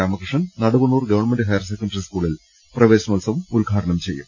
Ramakrishnan Naduvannur government higher secondary സ്കൂളിൽ പ്രവേശനോത്സവം ഉദ്ഘാടനം ചെയ്യും